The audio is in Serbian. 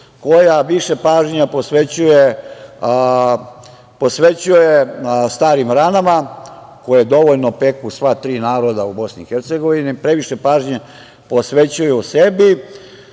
koja više pažnje posvećuje starim ranama, koje dovoljno peku sva tri naroda u BiH, previše pažnje posvećuju sebi